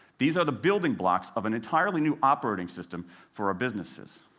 these are the building blocks of an entirely new operating system for our businesses.